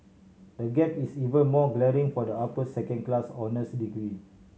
the gap is even more glaring for the upper second class honours degree